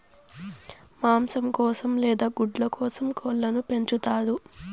మాంసం కోసం లేదా గుడ్ల కోసం కోళ్ళను పెంచుతారు